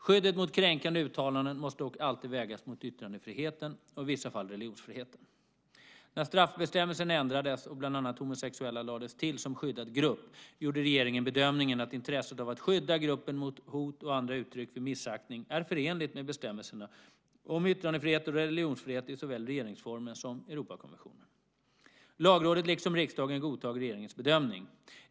Skyddet mot kränkande uttalanden måste dock alltid vägas mot yttrandefriheten och i vissa fall religionsfriheten. När straffbestämmelsen ändrades och bland annat homosexuella lades till som skyddad grupp gjorde regeringen bedömningen att intresset av att skydda gruppen mot hot och andra uttryck för missaktning är förenligt med bestämmelserna om yttrandefrihet och religionsfrihet i såväl regeringsformen som Europakonventionen. Lagrådet liksom riksdagen godtog regeringens bedömning.